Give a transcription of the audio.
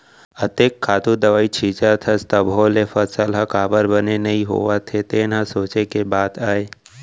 अतेक खातू दवई छींचत हस तभो ले फसल ह काबर बने नइ होवत हे तेन ह सोंचे के बात आय